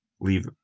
leave